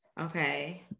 Okay